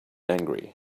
angry